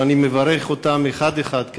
שאני מברך את חבריה אחד-אחד כאן.